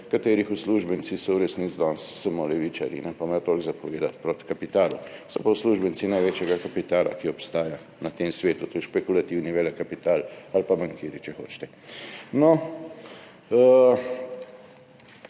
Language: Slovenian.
katerih uslužbenci so v resnici danes samo levičarji, pa imajo toliko za povedati proti kapitalu, so pa uslužbenci največjega kapitala, ki obstaja na tem svetu, to je špekulativni velekapital ali pa bankirji, če hočete.